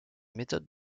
méthodes